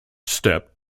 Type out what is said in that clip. step